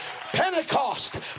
Pentecost